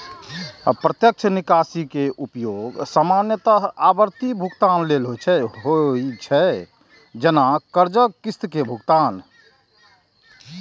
प्रत्यक्ष निकासी के उपयोग सामान्यतः आवर्ती भुगतान लेल होइ छै, जैना कर्जक किस्त के भुगतान